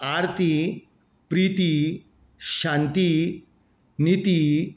आरती प्रिती शांती निती